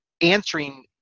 answering